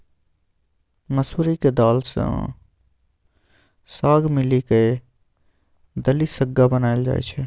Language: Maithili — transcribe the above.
मसुरीक दालि मे साग मिला कय दलिसग्गा बनाएल जाइ छै